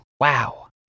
Wow